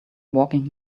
walking